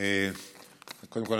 קודם כול,